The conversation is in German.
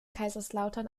kaiserslautern